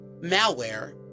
malware